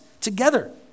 together